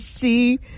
see